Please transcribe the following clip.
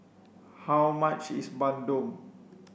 how much is Bandung